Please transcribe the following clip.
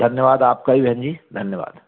धन्यवाद आपका भी बहन जी धन्यवाद